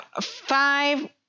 five